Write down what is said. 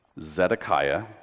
Zedekiah